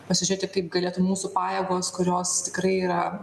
pasižiūrėti kaip galėtų mūsų pajėgos kurios tikrai yra